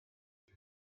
seis